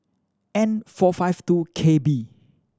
N four five two K B